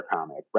Comic